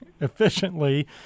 efficiently